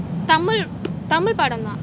தமிழ் தமிழ் பாடம்தான்:thamil thamil paadamthaan